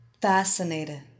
fascinated